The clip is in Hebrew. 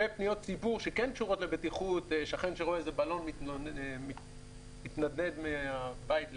ופניות ציבור שכן קשורות לבטיחות שכן שרואה בלון מתנדנד מהבית ליד,